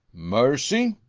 mercy!